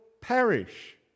perish